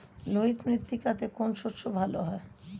লোহিত মৃত্তিকাতে কোন কোন শস্য ভালো হয়?